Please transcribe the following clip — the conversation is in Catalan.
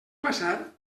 passar